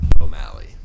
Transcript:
O'Malley